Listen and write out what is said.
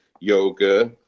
Yoga